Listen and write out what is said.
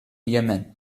yemen